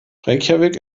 reykjavík